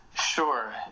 Sure